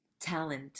talent